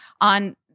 on